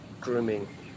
grooming